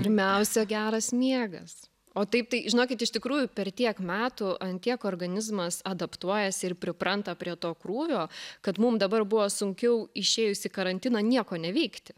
pirmiausia geras miegas o taip tai žinokit iš tikrųjų per tiek metų ant tiek organizmas adaptuojasi ir pripranta prie to krūvio kad mum dabar buvo sunkiau išėjus į karantiną nieko neveikti